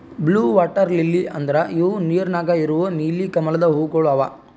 blue water lily ಅಂದುರ್ ಇವು ನೀರ ನ್ಯಾಗ ಇರವು ನೀಲಿ ಕಮಲದ ಹೂವುಗೊಳ್ ಅವಾ